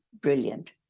brilliant